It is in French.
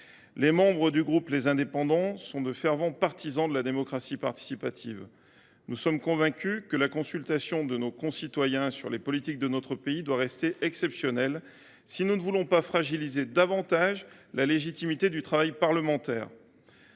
Les membres du groupe Les Indépendants – République et Territoires sont de fervents partisans de la démocratie représentative. Nous sommes convaincus que la consultation de nos concitoyens sur les politiques de notre pays doit rester exceptionnelle si nous ne voulons pas fragiliser davantage la légitimité du travail parlementaire.